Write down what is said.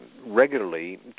regularly